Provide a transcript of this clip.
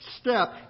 step